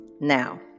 Now